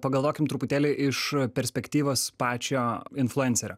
pagalvokim truputėlį iš perspektyvos pačio influencerio